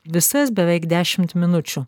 visas beveik dešimt minučių